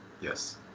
Yes